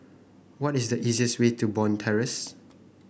what is the easiest way to Bond Terrace